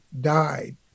died